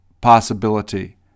possibility